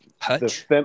touch